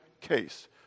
case